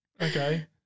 Okay